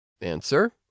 Answer